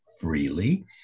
freely